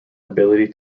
ability